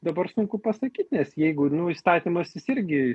dabar sunku pasakyt nes jeigu nu įstatymas jis irgi